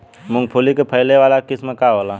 मूँगफली के फैले वाला किस्म का होला?